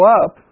up